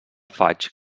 faigs